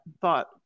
thought